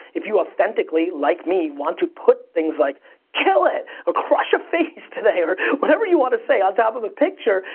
if you authentically, like me, want to put things like kill it or crush a face today, or whatever you wanna say on top of a picture,